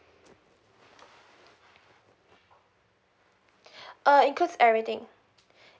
uh includes everything